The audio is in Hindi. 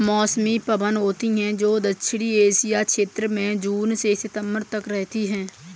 मौसमी पवन होती हैं, जो दक्षिणी एशिया क्षेत्र में जून से सितंबर तक रहती है